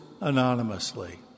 anonymously